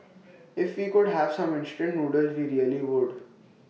if we could have some instant noodles we really would